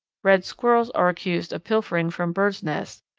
red squirrels are accused of pilfering from birds' nests,